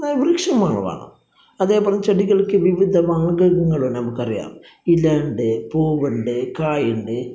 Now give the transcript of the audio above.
വൃക്ഷങ്ങള് വേണം അതേപോലെ ചെടികള്ക്ക് വിവിധ ഭാഗങ്ങള് ഉണ്ട് നമുക്കറിയാം ഇലയുണ്ട് പൂവുണ്ട് കായുണ്ട്